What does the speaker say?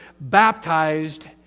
baptized